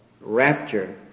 rapture